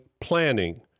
planning